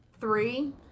three